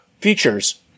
features